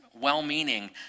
well-meaning